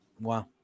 Wow